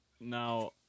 Now